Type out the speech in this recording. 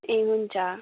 ए हुन्छ